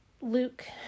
Luke